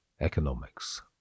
economics